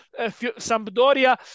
Sampdoria